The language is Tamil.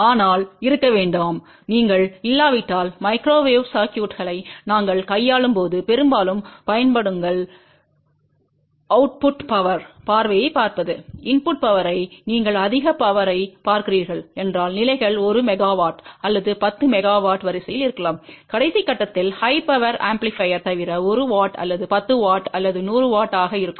ஆனால் இருக்க வேண்டாம் நீங்கள் இல்லாவிட்டால் மைக்ரோவேவ் சர்க்யூட்களை நாங்கள் கையாளும் போது பெரும்பாலும் பயப்படுங்கள் அவுட்புட் பவர் பார்வையைப் பார்ப்பது இன்புட் பவர்யை நீங்கள் அதிக பவர்யைப் பார்க்கிறீர்கள் என்றால் நிலைகள் 1 மெகாவாட் அல்லது 10 மெகாவாட் வரிசையில் இருக்கலாம் கடைசி கட்டத்தில் ஹை பவர் ஆம்பிளிபையர் தவிர 1 W அல்லது 10 W அல்லது 100 W ஆக இருக்கும்